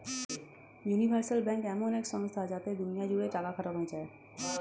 universal bank এমন এক সংস্থা যাতে দুনিয়া জুড়ে টাকা খাটানো যায়